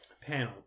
panel